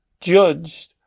judged